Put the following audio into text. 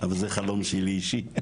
אבל זה חלום שלי אישי.